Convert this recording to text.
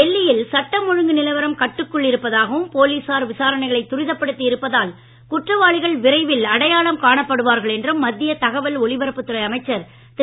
டெல்லியில் சட்டம் ஒழுங்கு நிலவரம் கட்டுக்குள் இருப்பதாகவும் போலீசார் விசாரணைகளை துரிதப்படுத்தி இருப்பதால் குற்றவாளிகள் விரைவில் அடையாளம் காணப்படுவார்கள் என்றும் மத்திய தகவல் ஒலிப்பரப்புத் துறை அமைச்சர் திரு